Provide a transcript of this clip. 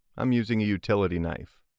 i'm using a utility knife.